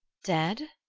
dead!